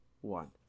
One